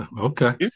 Okay